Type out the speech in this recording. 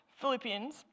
Philippians